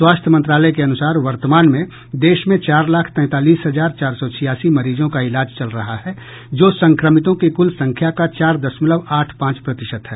स्वास्थ्य मंत्रालय के अनुसार वर्तमान में देश में चार लाख तैंतालीस हजार चार सौ छियासी मरीजों का इलाज चल रहा है जो संक्रमितों की कुल संख्या का चार दशमलव आठ पांच प्रतिशत है